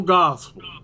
gospel